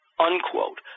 Unquote